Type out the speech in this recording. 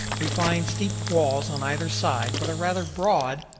we find steep walls on either side, but a rather broad,